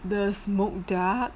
the smoke duck